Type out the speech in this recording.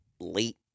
late